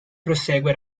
prosegue